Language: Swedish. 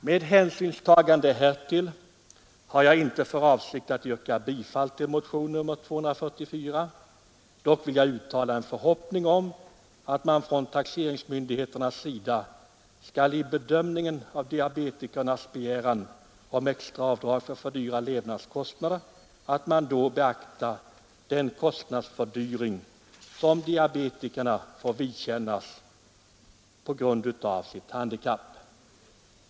Med hänsynstagande härtill har jag inte för avsikt att yrka bifall till motionen 244. Dock vill jag uttala en förhoppning om att man från taxeringsmyndigheternas sida vid bedömningen av diabetikernas begäran om extra avdrag för fördyrade levnadskostnader beaktar den kostnadsfördyring som diabetikerna får vidkännas på grund av sitt handikapp.